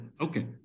okay